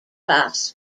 class